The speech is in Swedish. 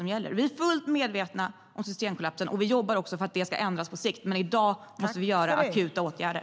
Vi är fullt medvetna om systemkollapsen, och vi jobbar också för att detta ska ändras på sikt, men i dag måste vi vidta akuta åtgärder.